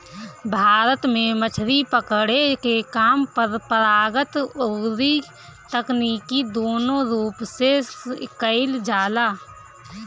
भारत में मछरी पकड़े के काम परंपरागत अउरी तकनीकी दूनो रूप से कईल जाला